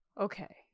Okay